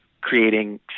creating